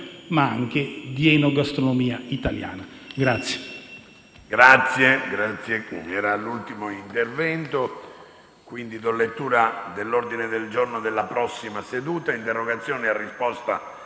ma anche di enogastronomia italiana.